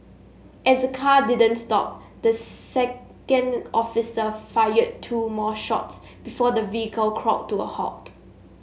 as the car didn't stop the second officer fired two more shots before the vehicle crawled to a halt